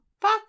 Fuck